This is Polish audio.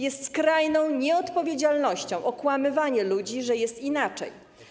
Jest skrajną nieodpowiedzialnością okłamywanie ludzi, że jest inaczej.